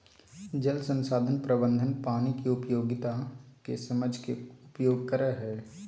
जल संसाधन प्रबंधन पानी के उपयोगिता के समझ के उपयोग करई हई